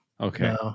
Okay